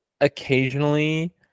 occasionally